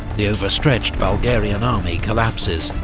the overstretched bulgarian army collapses,